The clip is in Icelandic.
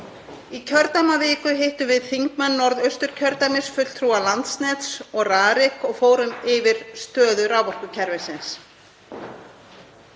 Í kjördæmaviku hittum við þingmenn Norðausturkjördæmis fulltrúa Landsnets og Rariks og fórum yfir stöðu raforkukerfisins.